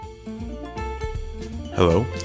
Hello